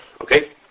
Okay